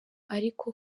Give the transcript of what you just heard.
ariko